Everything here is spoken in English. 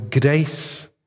grace